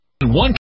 One